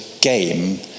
game